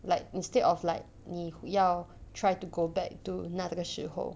like instead of like 你要 try to go back to 那这个时候